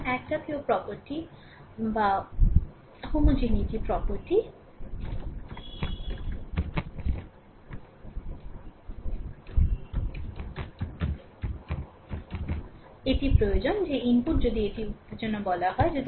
সুতরাং homogeneity property এটি প্রয়োজন যে ইনপুট যদি এটি উত্তেজনা বলা হয়